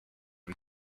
him